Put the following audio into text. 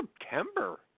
September